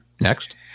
Next